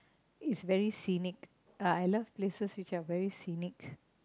is very scenic I love places which are very scenic